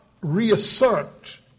reassert